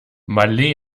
malé